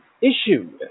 issue